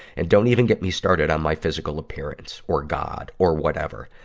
and don't even get me started on my physical appearance or god or whatever.